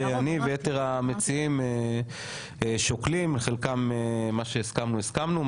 אני ויתר המציעים שוקלים חלקם מה שהסכמנו הסכמנו,